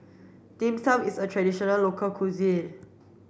Dim Sum is a traditional local cuisine